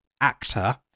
actor